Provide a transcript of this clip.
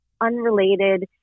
unrelated